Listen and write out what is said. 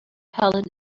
helen